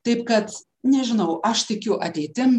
taip kad nežinau aš tikiu ateitim